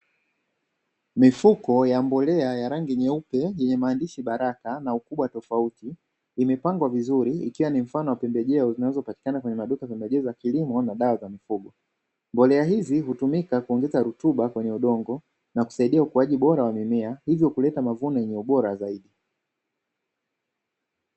Mifuko ya mbolea ya rangi nyeupe yenye maandishi baraka na ukubwa tofauti, imepangwa vizuri ikiwa ni mfano wa pembejeo zinazopatikana kwenye maduka ya pembejeo kilimo na dawa za mifugo, mbolea hizi hutumika kuongeza rutuba kwenye udongo na kusaidia ukuaji bora wa mimea hivyo kuleta mavuno yenye ubora zaidi.